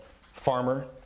farmer